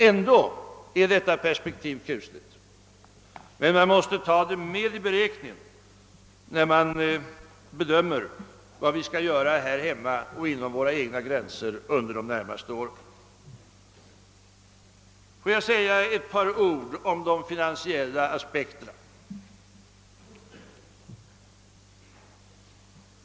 Ändå är detta perspektiv kusligt, men man måste ta med det i beräkningen, när man bedömer vad vi skall göra här hemma och inom våra egna gränser under de närmaste åren. Får jag sedan säga några ord om de finansiella aspekterna.